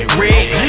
rich